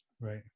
Right